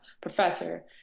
professor